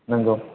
नंगौ